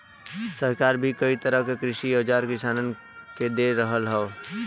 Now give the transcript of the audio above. सरकार भी कई तरह क कृषि के औजार किसानन के दे रहल हौ